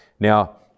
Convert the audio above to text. Now